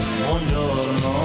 buongiorno